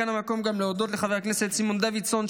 כאן המקום גם להודות לחבר הכנסת סימון דוידסון,